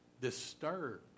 disturbed